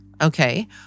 Okay